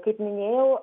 kaip minėjau